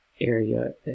area